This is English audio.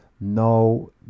no